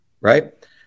right